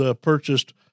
purchased